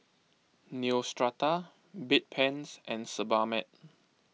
Neostrata Bedpans and Sebamed